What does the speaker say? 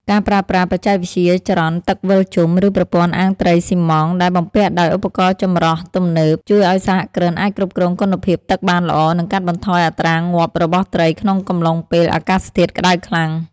ការប្រើប្រាស់បច្ចេកវិទ្យាចរន្តទឹកវិលជុំ ឬប្រព័ន្ធអាងត្រីស៊ីម៉ងត៍ដែលបំពាក់ដោយឧបករណ៍ចម្រោះទំនើប ជួយឱ្យសហគ្រិនអាចគ្រប់គ្រងគុណភាពទឹកបានល្អ និងកាត់បន្ថយអត្រាងាប់របស់ត្រីក្នុងកំឡុងពេលអាកាសធាតុក្ដៅខ្លាំង។